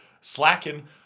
Slacking